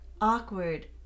Awkward